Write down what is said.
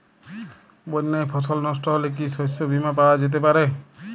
বন্যায় ফসল নস্ট হলে কি শস্য বীমা পাওয়া যেতে পারে?